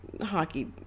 hockey